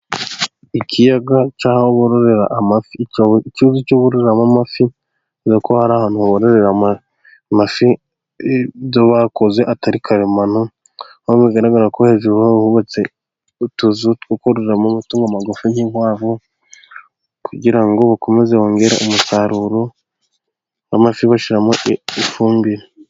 Ikiyaga cy'aho bororore amafi, icyuzi cyo borororeramo amafi nuko ari ahantu ho bororera amafi, ibyo bakoze atari karemano aho bigaragara ko hejuru buhubatse utuzu tw'amutungo magufi nk'inkwavu, kugira ngo bakomeze bongere umusaruro w'amafi bashyiramo ifumbire.